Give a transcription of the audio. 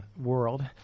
world